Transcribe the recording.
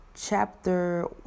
chapter